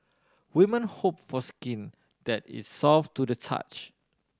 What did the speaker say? women hope for skin that is soft to the touch